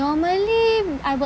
normally I will